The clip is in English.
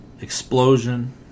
explosion